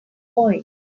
point